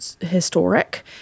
historic